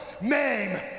name